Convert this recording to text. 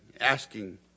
asking